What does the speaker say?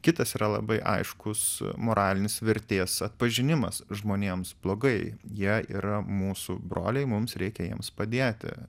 kitas yra labai aiškus moralinis vertės atpažinimas žmonėms blogai jie yra mūsų broliai mums reikia jiems padėti